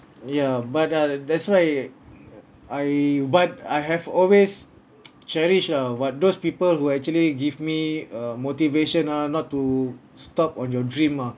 ya but ah that's why I but I have always cherish ah what those people who actually give me uh motivation ah not to stop on your dream ah